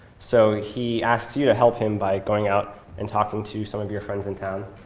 so he asks you to help him by going out and talking to some of your friends in town,